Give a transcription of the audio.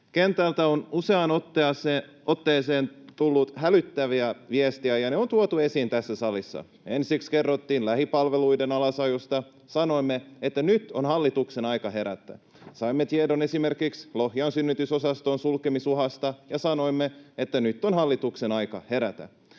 Kentältä on useaan otteeseen tullut hälyttäviä viestejä, ja ne on tuotu esiin tässä salissa. Ensiksi kerrottiin lähipalveluiden alasajosta, ja sanoimme, että nyt on hallituksen aika herätä. Saimme tiedon esimerkiksi Lohjan synnytysosaston sulkemisuhasta, ja sanoimme, että nyt on hallituksen aika herätä.